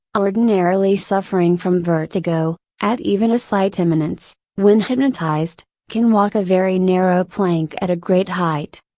ordinarily suffering from vertigo, at even a slight eminence, when hypnotized, can walk a very narrow plank at a great height.